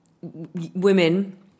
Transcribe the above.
women